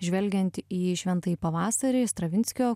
žvelgianti į šventąjį pavasarį stravinskio